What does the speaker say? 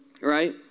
Right